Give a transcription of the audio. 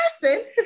person